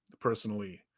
personally